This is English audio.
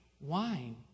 wine